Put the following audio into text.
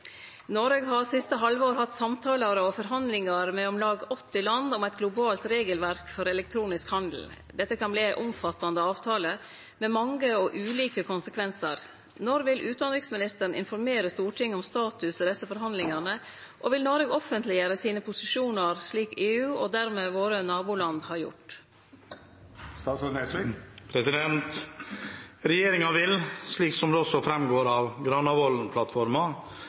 har siste halvår hatt samtalar og forhandlingar med om lag 80 land om eit globalt regelverk for elektronisk handel. Dette kan bli ei omfattande avtale med mange og ulike konsekvensar. Når vil utanriksministeren informere Stortinget om status i desse forhandlingane, og vil Noreg offentleggjere sine posisjonar, slik EU, og dermed våre naboland, har gjort?» Regjeringen vil, slik det også går fram av